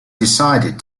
decided